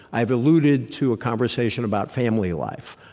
i've alluded to a conversation about family life.